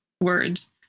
words